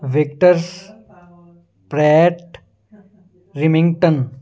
victors Brett Leamington